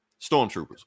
Stormtroopers